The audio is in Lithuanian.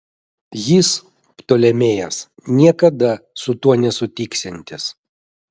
jis ptolemėjas niekada su tuo nesutiksiantis